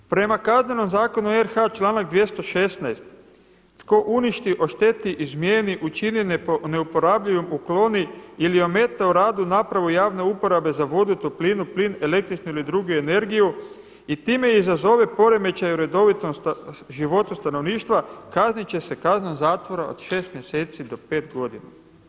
Prema Kaznenom zakonu RH članak 216. tko uništi, ošteti, izmijeni, učini neuporabljivim, ukloni ili ometa u radu javne uporabe za vodu, toplinu, plin, električnu ili drugu energiju i time izazove poremećaj u redovitom životu stanovništva kaznit će se kaznom zatvora od šest mjeseci do pet godina.